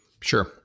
sure